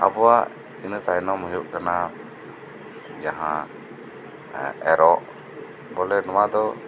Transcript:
ᱟᱵᱩᱣᱟᱜ ᱤᱱᱟᱹ ᱛᱟᱭᱱᱚᱢ ᱦᱩᱭᱩᱜ ᱠᱟᱱᱟ ᱡᱟᱦᱟᱸ ᱮᱨᱚᱜ ᱵᱚᱞᱮ ᱱᱚᱣᱟ ᱫᱚ